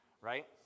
right